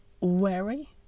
wary